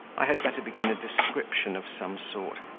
i had better begin a description of some sort.